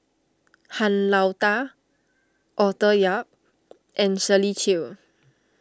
Han Lao Da Arthur Yap and Shirley Chew